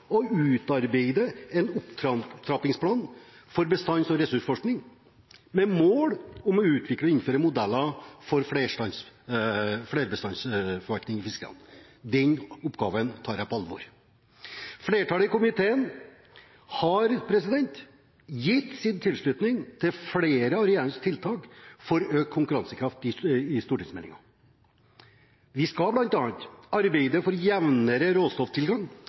utarbeide en opptrappingsplan for bestands- og ressursforskning med mål om å utvikle og innføre modeller for flerbestandsforvaltning i fiskeriene. Den oppgaven tar jeg på alvor. Flertallet i komiteen har gitt sin tilslutning til flere av regjeringens tiltak for økt konkurransekraft i stortingsmeldingen. Vi skal bl.a. arbeide for jevnere råstofftilgang